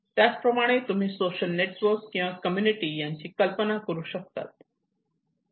त्याचप्रमाणे तुम्ही social network किंवा कम्युनिटी यांची कल्पना करू शकता